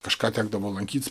kažką tekdavo lankyt